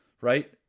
right